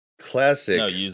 classic